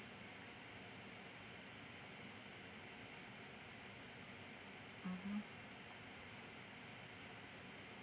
mmhmm